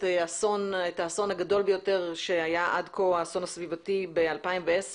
האסון הגדול ביותר שהיה עד כה האסון הסביבתי ב-2010,